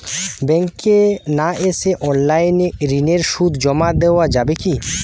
ব্যাংকে না এসে অনলাইনে ঋণের সুদ জমা দেওয়া যাবে কি?